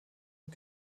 und